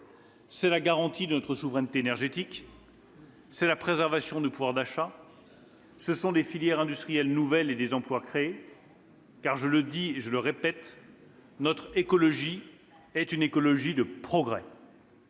C'est la garantie de notre souveraineté énergétique ; c'est la préservation du pouvoir d'achat ; ce sont des filières industrielles nouvelles et des emplois créés. En effet, je le répète, notre écologie est une écologie de progrès.